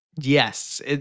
Yes